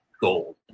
gold